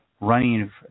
running